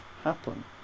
happen